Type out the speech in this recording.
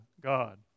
God